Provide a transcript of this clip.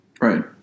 Right